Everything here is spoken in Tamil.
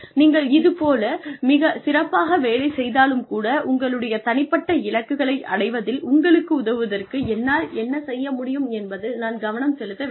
நீங்கள் இதுபோல் மிக சிறப்பாக வேலை செய்தாலும் கூட உங்களுடைய தனிப்பட்ட இலக்குகளை அடைவதில் உங்களுக்கு உதவுவதற்கு என்னால் என்ன செய்ய முடியும் என்பதில் நான் கவனம் செலுத்த வேண்டும்